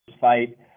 fight